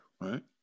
right